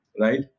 Right